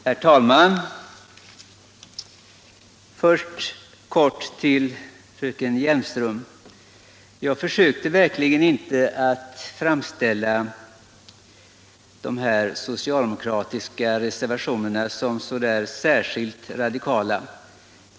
Herr talman! Först kort till fröken Hjelmström: Jag försökte verkligen inte framställa de socialdemokratiska reservationerna som särskilt radikala.